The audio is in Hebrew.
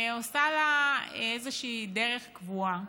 עושה לה איזושהי דרך קבועה,